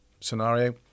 scenario